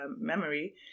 memory